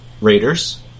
Raiders